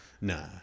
Nah